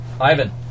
Ivan